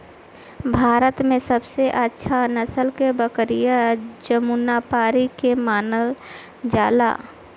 भारत में सबसे अच्छा नसल के बकरी जमुनापारी के मानल जाला